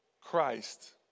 Christ